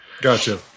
Gotcha